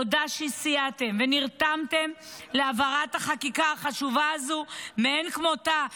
תודה שסייעתם ונרתמתם להעברת החקיקה החשובה מאין כמותה הזו,